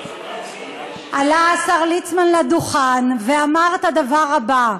עלה השר ליצמן לדוכן ואמר את הדבר הבא: